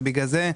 ובגלל זה,